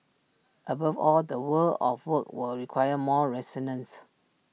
above all the world of work will require more resilience